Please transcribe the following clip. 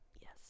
Yes